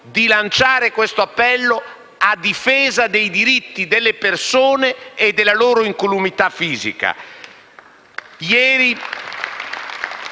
di lanciare questo appello a difesa dei diritti delle persone e della loro incolumità fisica.